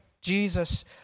Jesus